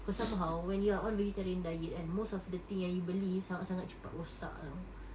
cause somehow when you are on vegetarian diet kan most of the thing yang you beli sangat-sangat cepat rosak [tau]